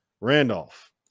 Randolph